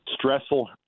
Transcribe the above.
stressful